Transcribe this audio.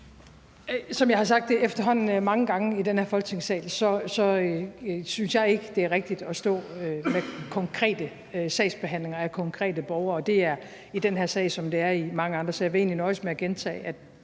Som jeg efterhånden har sagt mange gange i den her Folketingssal, synes jeg ikke, det er rigtigt at stå med konkrete sagsbehandlinger med konkrete borgere. Det er sådan i den her sag som i så mange andre sager – jeg vil egentlig nøjes med at gentage